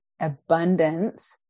abundance